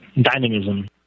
dynamism